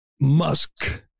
Musk